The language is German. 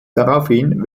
daraufhin